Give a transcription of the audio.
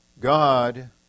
God